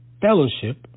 Fellowship